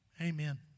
Amen